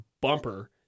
bumper